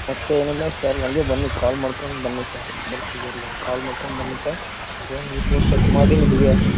ಮತ್ತು ಏನಿಲ್ಲ ಸರ್ ಹಾಗೆ ಬನ್ನಿ ಕಾಲ್ ಮಾಡ್ಕಂಡು ಬನ್ನಿ ಸರ್ ಬರ್ತೀವಿ ಅಲ್ಲಿ ಕಾಲ್ ಮಾಡ್ಕೊಂಬನ್ನಿ ಸರ್ ಅದೇನು ರಿಪೋರ್ಟ್ ಚೆಕ್ ಮಾಡಿ ನಿಮಗೆ